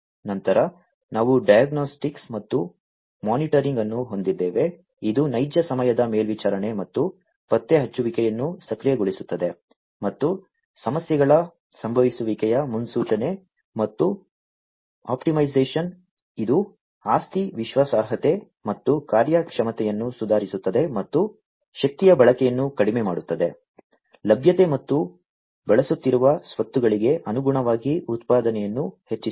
ನಂತರ ನಾವು ಡಯಾಗ್ನೋಸ್ಟಿಕ್ಸ್ ಮತ್ತು ಮಾನಿಟರಿಂಗ್ ಅನ್ನು ಹೊಂದಿದ್ದೇವೆ ಇದು ನೈಜ ಸಮಯದ ಮೇಲ್ವಿಚಾರಣೆ ಮತ್ತು ಪತ್ತೆಹಚ್ಚುವಿಕೆಯನ್ನು ಸಕ್ರಿಯಗೊಳಿಸುತ್ತದೆ ಮತ್ತು ಸಮಸ್ಯೆಗಳ ಸಂಭವಿಸುವಿಕೆಯ ಮುನ್ಸೂಚನೆ ಮತ್ತು ಆಪ್ಟಿಮೈಸೇಶನ್ ಇದು ಆಸ್ತಿ ವಿಶ್ವಾಸಾರ್ಹತೆ ಮತ್ತು ಕಾರ್ಯಕ್ಷಮತೆಯನ್ನು ಸುಧಾರಿಸುತ್ತದೆ ಮತ್ತು ಶಕ್ತಿಯ ಬಳಕೆಯನ್ನು ಕಡಿಮೆ ಮಾಡುತ್ತದೆ ಲಭ್ಯತೆ ಮತ್ತು ಬಳಸುತ್ತಿರುವ ಸ್ವತ್ತುಗಳಿಗೆ ಅನುಗುಣವಾಗಿ ಉತ್ಪಾದನೆಯನ್ನು ಹೆಚ್ಚಿಸುತ್ತದೆ